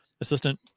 assistant